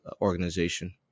organization